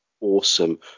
awesome